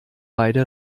beide